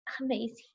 amazing